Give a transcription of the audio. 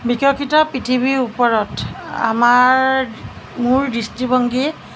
বিকশিত পৃথিৱীৰ ওপৰত আমাৰ মোৰ দৃষ্টিভংগী